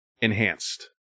enhanced